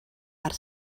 per